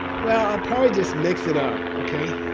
well, i'll probably just mix it up, okay?